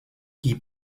die